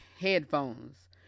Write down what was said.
headphones